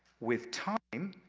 with time,